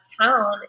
town